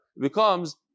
becomes